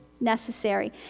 necessary